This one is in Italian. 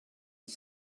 per